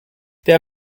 der